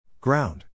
Ground